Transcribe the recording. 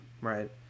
right